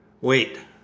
Wait